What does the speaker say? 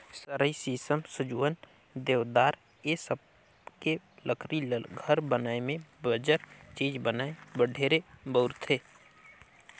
सरई, सीसम, सजुवन, देवदार ए सबके लकरी ल घर बनाये में बंजर चीज बनाये बर ढेरे बउरथे